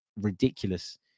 ridiculous